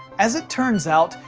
as it turns out,